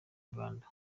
uganda